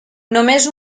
només